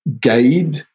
guide